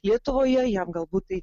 lietuvoje jam galbūt tai